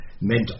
meant